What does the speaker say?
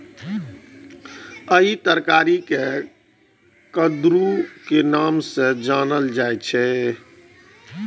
एहि तरकारी कें कुंदरू के नाम सं जानल जाइ छै